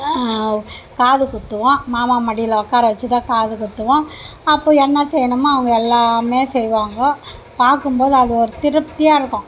காது குத்துவோம் மாமா மடியில் உக்கார வச்சு தான் காது குத்துவோம் அப்போது என்ன செய்யணுமோ அவங்க எல்லாமே செய்வாங்க பார்க்கும்போது அது ஒரு திருப்தியாக இருக்கும்